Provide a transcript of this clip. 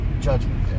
Judgment